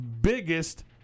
biggest